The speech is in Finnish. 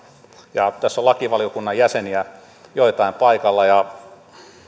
tässä on joitain lakivaliokunnan jäseniä paikalla ja